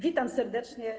Witam serdecznie.